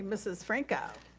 ah mrs. franco.